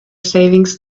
savings